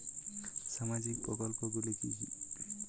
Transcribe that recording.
সামাজিক প্রকল্পগুলি কি কি?